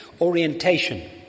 orientation